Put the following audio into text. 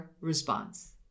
response